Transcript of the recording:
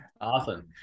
Awesome